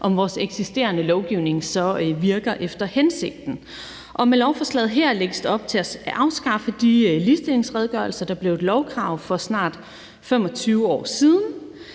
om vores eksisterende lovgivning virker efter hensigten. Med lovforslaget her lægges der op til at afskaffe de ligestillingsredegørelser, der blev et lovkrav for snart 25 år siden.